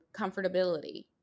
comfortability